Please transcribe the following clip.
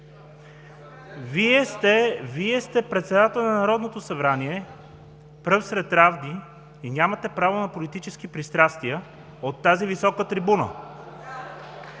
Вие сте председател на Народното събрание – пръв сред равни, и нямате право на политически пристрастия от тази висока трибуна.